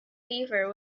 beaver